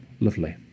Lovely